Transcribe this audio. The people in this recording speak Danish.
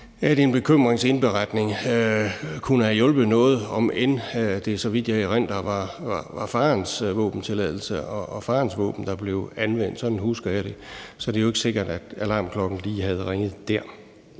at en bekymringsindberetning kunne have hjulpet noget, om end det, så vidt jeg erindrer, var farens våbentilladelse og farens våben, der blev anvendt – sådan husker jeg det. Så det er jo ikke sikkert, at alarmklokkerne lige havde ringet der.